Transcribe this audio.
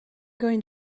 going